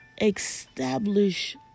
establish